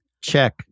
check